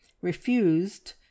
refused